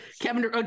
Kevin